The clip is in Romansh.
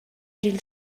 dil